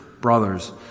brothers